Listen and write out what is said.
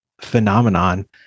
phenomenon